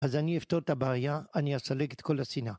אז אני אפתור את הבעיה, אני אסלק את כל השנאה.